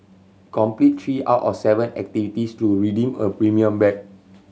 complete three out of seven activities to redeem a premium bag